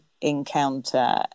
encounter